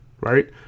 right